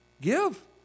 give